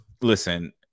listen